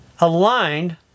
aligned